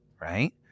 right